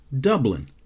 Dublin